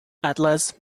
atlas